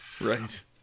Right